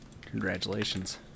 Congratulations